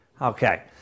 Okay